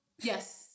Yes